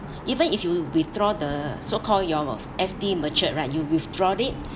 even if you withdraw the so called your F_D matured right you withdraw it